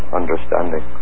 understanding